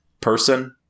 person